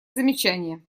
замечание